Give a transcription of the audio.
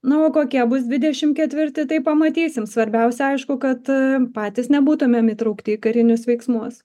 na o kokie bus dvidešim ketvirti tai pamatysim svarbiausia aišku kad patys nebūtumėm įtraukti į karinius veiksmus